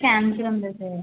cancer ఉందా sir